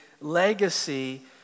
legacy